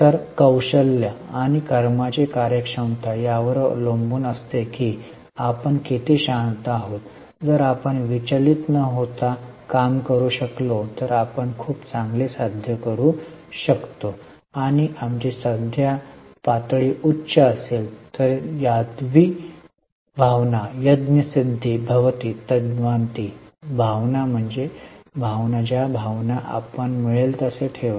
तर कौशल्या किंवा कर्माची कार्यक्षमता यावर अवलंबून असते की आपण किती शांत आहोत जर आपण विचलित न होता काम करू शकलो तर आपण खूप चांगले साध्य करू शकतो आमची साध्य पातळी उच्च असेल यदशी भावना यज्ञ सिद्धि भवती तद्राशी भावना म्हणजे भावना ज्या भावना आपण मिळेल तसे ठेवा